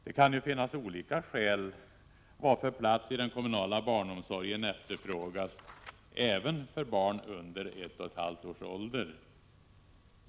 Det kan ju finnas olika skäl till att plats i den kommunala barnomsorgen efterfrågas, även för barn under ett och ett halvt års ålder.